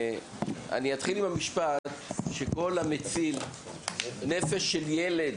אני אתחיל עם המשפט שכל המציל נפש של ילד,